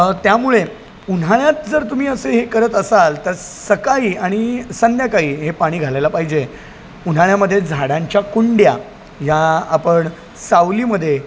त्यामुळे उन्हाळ्यात जर तुम्ही असे हे करत असाल तर सकाळी आणि संध्याकाळी हे पाणी घालायला पाहिजे उन्हाळ्यामध्ये झाडांच्या कुंड्या या आपण सावलीमध्ये